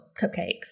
cupcakes